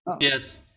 yes